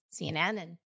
CNN